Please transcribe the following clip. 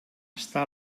està